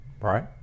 right